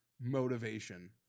Motivation